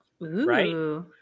Right